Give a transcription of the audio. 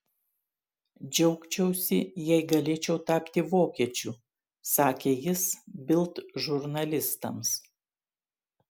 džiaugčiausi jei galėčiau tapti vokiečiu sakė jis bild žurnalistams